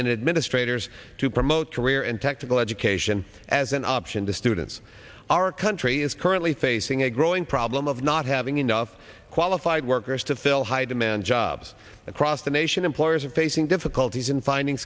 and administrators to promote career and technical education as an up in the students our country is currently facing a growing problem of not having enough qualified workers to fill high demand jobs across the nation employers are facing difficulties in finding